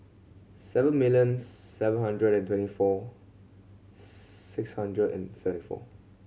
seven million seven hundred and twenty four six hundred and forty seven